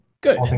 Good